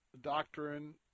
doctrine